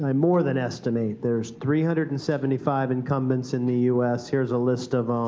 um more than estimate there's three hundred and seventy five incumbents in the us. here's a list of um